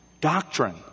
doctrine